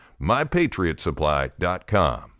MyPatriotSupply.com